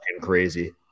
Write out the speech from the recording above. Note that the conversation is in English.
crazy